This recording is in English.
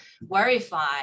verify